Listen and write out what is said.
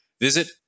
Visit